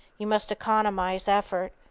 you must economize effort.